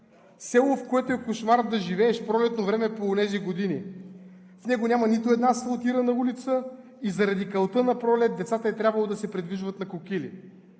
село, в което е кошмар да живееш пролетно време по онези години. В него няма нито една асфалтирана улица и заради калта напролет децата е трябвало да се придвижват на кокили.